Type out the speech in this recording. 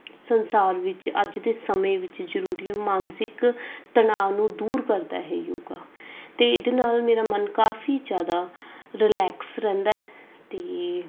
ਸੰਸਾਰ ਵਿੱਚ ਅੱਜ ਦੇ ਸਮੇਂ ਵਿੱਚ ਜ਼ਰੂਰੀ ਹੈ ਮਾਨਸਿਕ ਤਣਾਓ ਨੂੰ ਦੂਰ ਕਰਦਾ ਇਹ ਯੋਗਾ ਅਤੇ ਇਹਦੇ ਨਾਲ ਮੇਰਾ ਮਨ ਕਾਫੀ ਜ਼ਿਆਦਾ ਰਿਲੈਕਸ ਰਹਿੰਦਾ ਅਤੇ